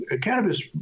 cannabis